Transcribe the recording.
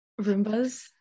Roombas